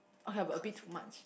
okay but a bit too much